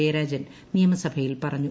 ജയരാജൻ നിയമസഭയിൽ പറഞ്ഞു